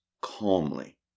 calmly